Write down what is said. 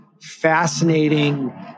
fascinating